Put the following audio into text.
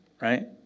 right